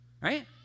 right